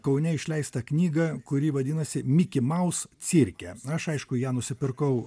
kaune išleistą knygą kuri vadinasi miki maus cirke aš aišku ją nusipirkau